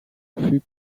plus